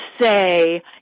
say